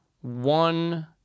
one